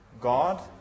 God